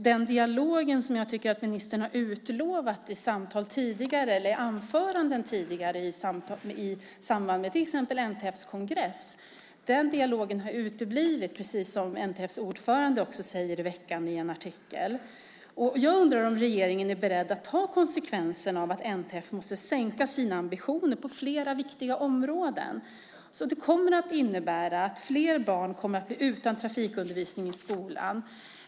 Den dialog som ministern har utlovat i anföranden tidigare i samband med till exempel NTF:s kongress har uteblivit, precis som NTF:s ordförande säger i veckan i en artikel. Jag undrar om regeringen är beredd att ta konsekvenserna av att NTF måste sänka sina ambitioner på flera viktiga områden. Det kommer att innebära att fler barn kommer att bli utan trafikundervisning i skolan.